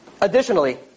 Additionally